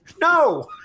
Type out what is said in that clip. No